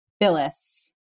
Phyllis